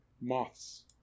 moths